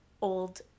old